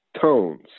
tones